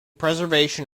preservation